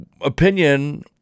opinion